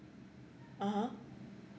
(uh huh)